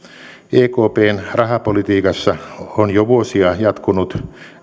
ekpn rahapolitiikassa on jo vuosia jatkunut